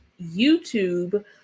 YouTube